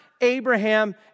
Abraham